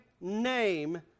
name